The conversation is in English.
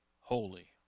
holy